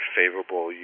favorable